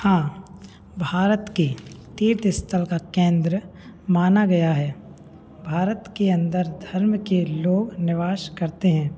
हाँ भारत के तीर्थ स्थल का केंद्र माना गया है भारत के अंदर धर्म के लोग निवास करते हैं